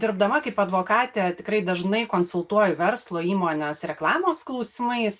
dirbdama kaip advokatė tikrai dažnai konsultuoju verslo įmones reklamos klausimais